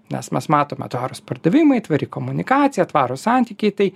nes mes matome tvarūs pardavimai tvari komunikacija tvarūs santykiai tai